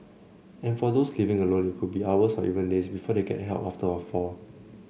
and for those living alone it could be hours or even days before they get help after a fall